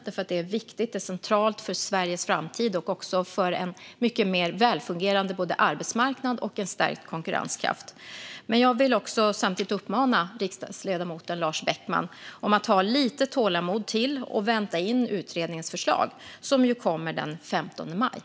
Detta är viktigt och centralt såväl för Sveriges framtid som för en mycket mer välfungerande arbetsmarknad och en stärkt konkurrenskraft. Jag vill samtidigt uppmana riksdagsledamoten Lars Beckman att ha lite mer tålamod och vänta in utredningens förslag, som ju kommer den 15 maj.